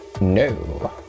no